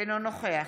אינו נוכח